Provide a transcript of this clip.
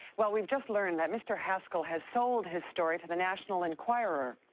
well, we've just learned that mr. haskell has sold his story to the national enquirer.